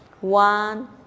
one